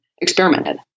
experimented